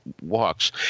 walks